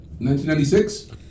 1996